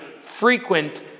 frequent